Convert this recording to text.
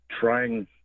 trying